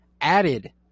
added